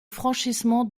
franchissement